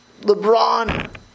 LeBron